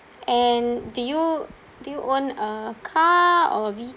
and do you do you own a car or vehicle